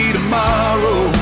tomorrow